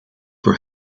for